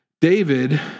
David